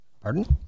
Pardon